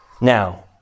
Now